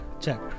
Check